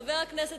חבר הכנסת,